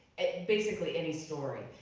basically any story.